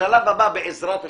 השלב הבא, בעזרת השם,